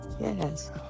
Yes